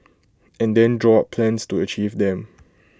and then draw up plans to achieve them